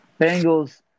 Bengals